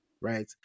Right